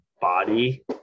body